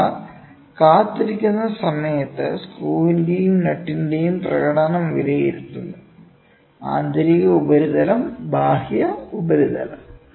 അതിനാൽ കാത്തിരിക്കുന്ന സമയത്ത് സ്ക്രൂവിന്റെയും നട്ടിന്റെയും പ്രകടനം വിലയിരുത്തുന്നു ആന്തരിക ഉപരിതലം ബാഹ്യ ഉപരിതലം